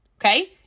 okay